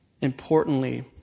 importantly